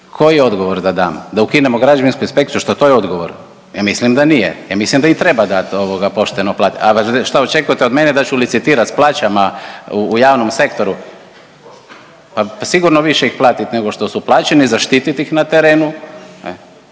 Koji odgovor da dam, da ukinemo Građevinsku inspekciju? Šta to je odgovor? Ja mislim da nije. Ja mislim da im treba dati, pošteno platiti, a šta očekujete od mene da ću licitirati sa plaćama u javnom sektoru? Pa sigurno više ih platiti nego što su plaćeni, zaštiti ih na terenu.